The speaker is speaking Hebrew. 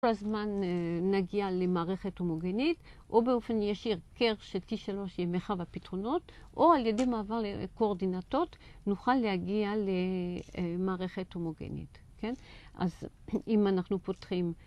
כל הזמן נגיע למערכת הומוגנית, או באופן ישיר קר ש-T3 יהיה מרחב הפתרונות, או על ידי מעבר לקואורדינטות נוכל להגיע למערכת הומוגנית, כן? אז אם אנחנו פותחים...